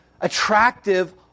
attractive